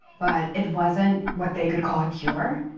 but it wasn't what they could call a cure.